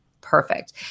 Perfect